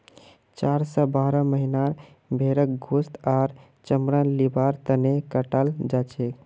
चार स बारह महीनार भेंड़क गोस्त आर चमड़ा लिबार तने कटाल जाछेक